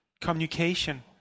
communication